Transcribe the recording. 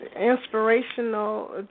inspirational